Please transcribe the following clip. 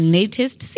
Latest